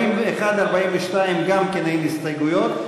41, 42, גם כן אין הסתייגויות.